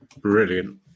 Brilliant